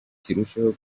kirusheho